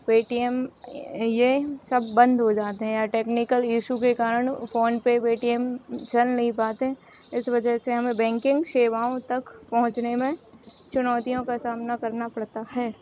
Paytm यह सब बन्द हो जाते हैं टेक्निकल इश्यू के कारण फ़ोन पे पेटीएम चल नहीं पाते इस वज़ह से हमें बैंकिन्ग सेवाओं तक पहुँचने में चुनौतियों का सामना करना पड़ता है